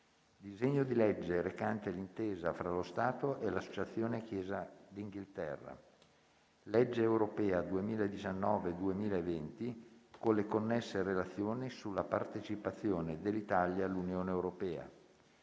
disegno di legge recante l'intesa fra lo Stato e l'Associazione Chiesa d'Inghilterra; legge europea 2019-2020 con le connesse relazioni sulla partecipazione dell'Italia all'Unione europea;